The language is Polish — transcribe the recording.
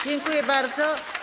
Dziękuję bardzo.